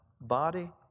body